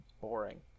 boring